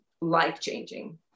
life-changing